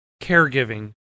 caregiving